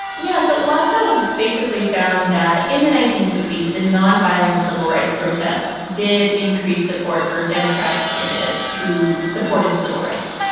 yeah, so wasow basically found that in the nineteen sixty s the non-violent civil rights protest did increase support for democratic candidates who supported civil rights.